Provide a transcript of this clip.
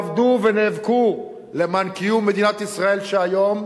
עבדו ונאבקו למען קיום מדינת ישראל היום,